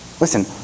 Listen